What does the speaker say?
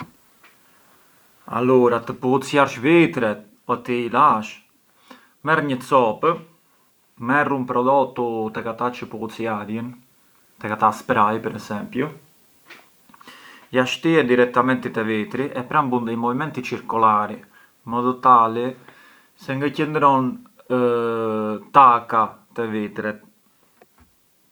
Allura të pulicjarsh vitret, për të i lash, merr një cop, merr un prodottu tek ata çë pulicjarjën, tek ata spray per esempiu, ja shtie direttamenti te vitri e pran bun movimenti circolari, in modo tali se ngë qëndron taka te vitret.